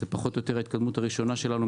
וזאת ההתקדמות הראשונה שלנו,